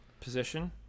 position